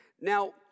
Now